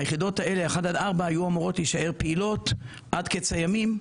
היחידות 1-4 היו אמורות להישאר פעילות עד קץ הימים,